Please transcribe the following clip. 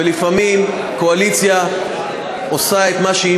ולפעמים הקואליציה עושה את מה שהיא